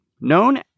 known